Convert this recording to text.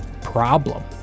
problem